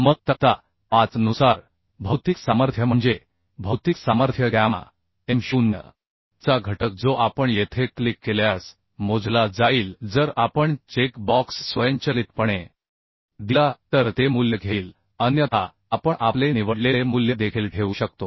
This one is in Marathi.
मग तक्ता 5 नुसार भौतिक सामर्थ्य म्हणजे भौतिक सामर्थ्य गॅमा m 0 चा घटक जो आपण येथे क्लिक केल्यास मोजला जाईल जर आपण चेक बॉक्स स्वयंचलितपणे दिला तर ते मूल्य घेईल अन्यथा आपण आपले निवडलेले मूल्य देखील ठेवू शकतो